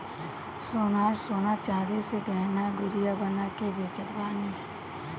सोनार सोना चांदी से गहना गुरिया बना के बेचत बाने